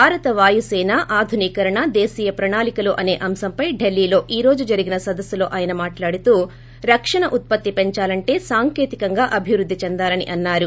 భారత వాయుసేవ ఆధునీకరణ దేశీయ ప్రణాళికలు అసే అంశంపై ఢిల్లీలో ఈ రోజు జరిగిన సదస్సులో ఆయన మాట్లాడుతూ రక్షణ ఉత్పత్తి పెంచాలంటే సాంకేతికంగా అభివృద్ధి చెందాలని అన్నారు